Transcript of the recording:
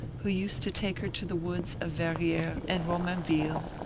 who used to take her to the woods of verrieres and romainville,